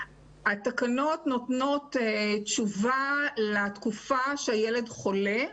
התקנות נותנות תשובה לתקופה שהילד חולה,